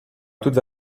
toute